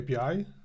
API